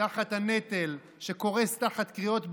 תחת הנטל, שקורס תחת קריאות ביניים,